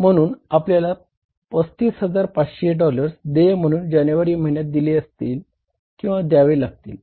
म्हणून आपल्याला 35550 डॉलर्स देय म्हणून जानेवारी महिन्यात दिले असतील किंवा द्यावे लागतील